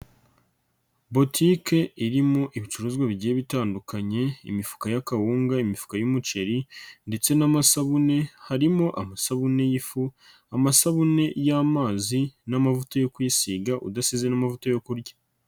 Butike irimo ibicuruzwa bigiye bitandukanye: imifuka y'akawunga, imifuka y'umuceri ndetse n'amasabune, harimo amasabune y'ifu, amasabune y'amazi n'amavuta yo kwisiga, udasize n'amavuta yo kurya.